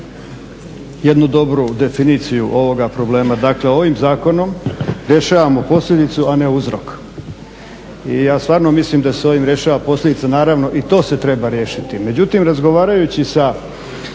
jednu definiciju ovoga problema. Dakle ovim zakonom rješavam posljedicu, a ne uzrok. I ja stvarno mislim da se ovim rješava posljedica, naravno i to se treba riješiti. Međutim razgovarajući sa